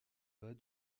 bas